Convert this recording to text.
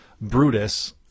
Brutus